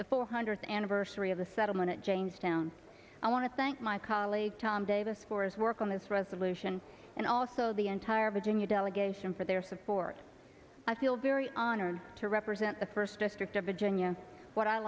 the four hundredth anniversary of the settlement at jamestown i want to thank my colleague tom davis for his work on this resolution and also the entire virginia delegation for their support i feel very honored to represent the first district